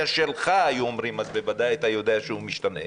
שלך היו אומרים אז בוודאי היית יודע שהוא משתנה.